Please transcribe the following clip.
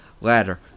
ladder